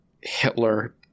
Hitler